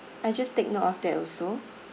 I'll just take note of that also